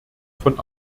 von